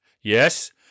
Yes